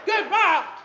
goodbye